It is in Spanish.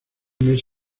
meses